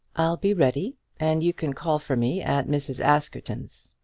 i'll be ready and you can call for me at mrs. askerton's.